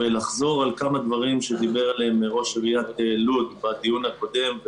לחזור על כמה דברים שדיבר עליהם ראש עיריית לוד בדיון הקודם.